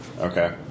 Okay